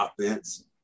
offense